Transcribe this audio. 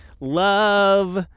love